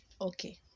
okay